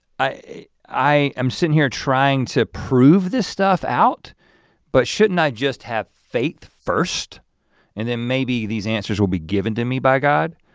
i i am sitting here trying to prove this stuff out but shouldn't i just have faith first and then maybe these answers will be given to me by god.